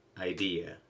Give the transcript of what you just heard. idea